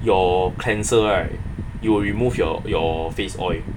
your cleanser right you will remove your your face oil